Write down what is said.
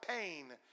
pain